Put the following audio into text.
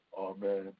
Amen